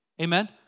Amen